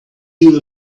you